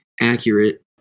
accurate